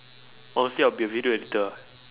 honestly I'll be a video editor ah